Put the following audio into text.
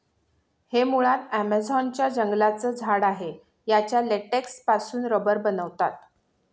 हे मुळात ॲमेझॉन च्या जंगलांचं झाड आहे याच्या लेटेक्स पासून रबर बनवतात